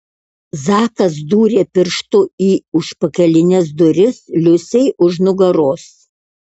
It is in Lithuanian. zakas dūrė pirštu į užpakalines duris liusei už nugaros